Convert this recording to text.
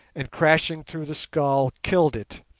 and, crashing through the skull, killed it,